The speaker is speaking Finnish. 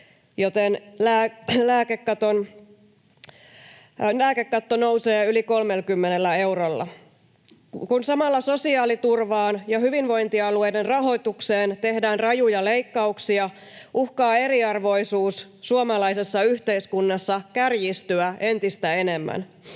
joten lääkekatto nousee yli 30 eurolla. Kun samalla sosiaaliturvaan ja hyvinvointialueiden rahoitukseen tehdään rajuja leikkauksia, uhkaa eriarvoisuus suomalaisessa yhteiskunnassa kärjistyä entistä enemmän.